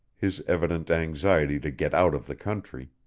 his evident anxiety to get out of the country,